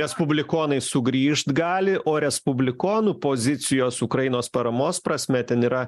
respublikonai sugrįžt gali o respublikonų pozicijos ukrainos paramos prasme ten yra